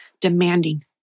demanding